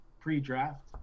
pre-draft